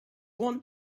want